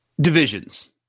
Divisions